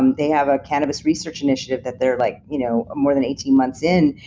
um they have a cannabis research initiative that they're like, you know more than eighteen months in.